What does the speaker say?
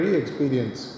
experience